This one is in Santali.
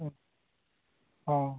ᱦᱮᱸ ᱚᱻ